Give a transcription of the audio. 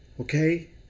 Okay